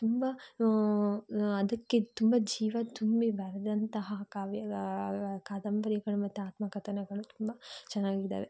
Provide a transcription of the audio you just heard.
ತುಂಬ ಅದಕ್ಕೆ ತುಂಬ ಜೀವ ತುಂಬಿ ಬರೆದಂತಹ ಕಾವ್ಯ ಕಾದಂಬರಿಗಳು ಮತ್ತು ಆತ್ಮಕಥನಗಳು ತುಂಬ ಚೆನ್ನಾಗಿದ್ದಾವೆ